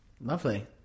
lovely